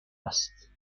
است